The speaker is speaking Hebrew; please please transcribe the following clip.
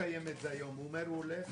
אני הולך